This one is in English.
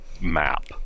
map